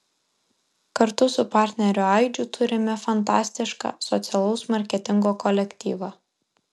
kartu su partneriu aidžiu turime fantastišką socialaus marketingo kolektyvą